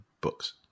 books